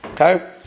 okay